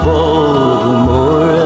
Baltimore